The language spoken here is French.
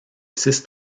six